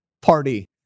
party